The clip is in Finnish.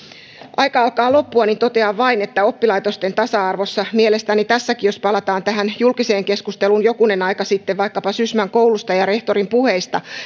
aika alkaa loppua niin totean vain oppilaitosten tasa arvosta että mielestäni tämäkin jos vaikkapa palataan tähän julkiseen keskusteluun jokunen aika sitten sysmän koulusta ja rehtorin puheista